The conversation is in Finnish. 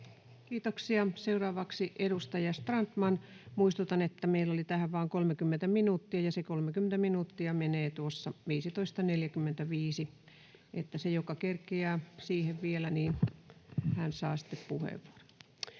Kiitoksia. — Seuraavaksi edustaja Strandman. — Muistutan, että meillä oli tähän vain 30 minuuttia ja se 30 minuuttia menee tuossa 15.45. Että se, joka kerkeää siihen vielä, saa sitten puheenvuoron.